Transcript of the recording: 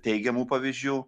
teigiamų pavyzdžių